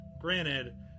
granted